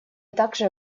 также